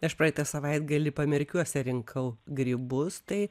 aš praeitą savaitgalį pamerkiuose rinkau grybus tai